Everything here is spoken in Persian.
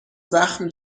زخم